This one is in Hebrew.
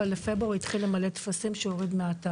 התחלתי למלא טפסים שהורדתי מהאתר.